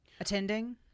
attending